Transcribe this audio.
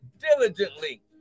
diligently